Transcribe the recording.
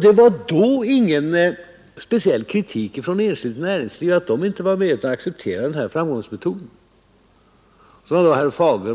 Det restes då ingen kritik från det enskilda näringslivet att man inte var med utan man accepterade tillvägagångssättet. Sven Fagerberg